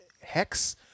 Hex